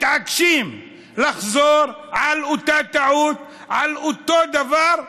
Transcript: מתעקשים לחזור על אותה טעות, על אותו דבר: